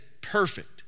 perfect